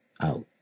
out